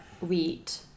wheat